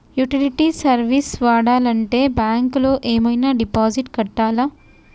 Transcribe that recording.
Utility service వాడాలంటే bank లో ఏమైనా డిపాజిట్ కట్టాలా?